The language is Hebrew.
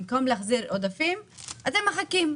במקום להחזיר עודפים, אתם מחכים.